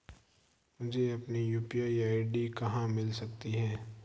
मुझे अपनी UPI ID कहां मिल सकती है?